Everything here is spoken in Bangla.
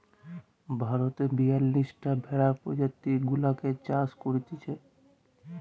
ভারতে বিয়াল্লিশটা ভেড়ার প্রজাতি গুলাকে চাষ করতিছে